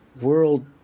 world